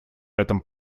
этом